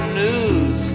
news